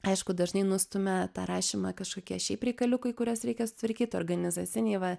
aišku dažnai nustumia tą rašymą kažkokie šiaip reikaliukai kuriuos reikia sutvarkyt organizaciniai va